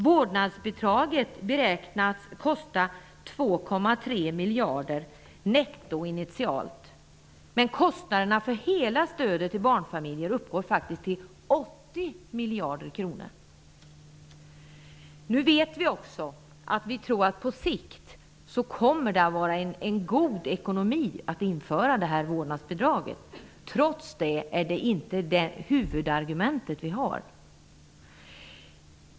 Vårdnadsbidraget beräknas initialt kosta 2,3 miljarder netto, men kostnaderna för hela stödet till barnfamiljer uppgår faktiskt till 80 Nu vet vi också att det på sikt kommer att vara en god ekonomi att införa vårdnadsbidraget. Trots det är det inte vårt huvudargument.